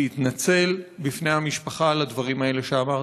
להתנצל בפני המשפחה על הדברים האלה שאמרת?